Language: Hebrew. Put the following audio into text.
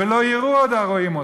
"ולא ירעו עוד הרעים אותם".